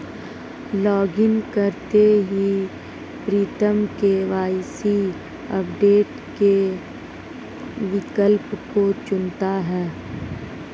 login करते ही Pritam KYC update के विकल्प को चुनता है